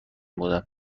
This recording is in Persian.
بودم